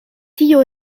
tio